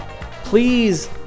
Please